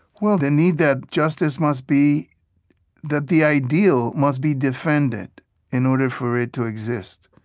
well, the need that justice must be that the ideal must be defended in order for it to exist.